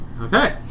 Okay